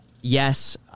yes